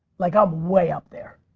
like i'm way up there.